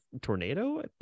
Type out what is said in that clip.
Tornado